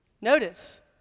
notice